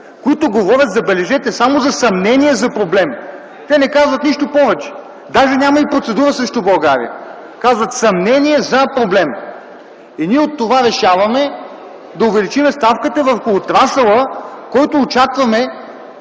която говори, забележете, само за съмнения за проблем. Тя не казва нищо повече. Даже няма процедура срещу България, а казва: „съмнения за проблем”. А ние от това решаваме да увеличим ставката върху отрасъла, който очакваме